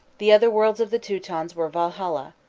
the otherworlds of the teutons were valhalla,